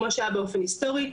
כמו שהיה באופן היסטורי,